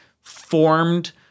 formed